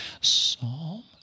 Psalm